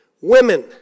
women